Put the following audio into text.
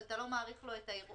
אבל אתה לא מאריך לו את הערעור?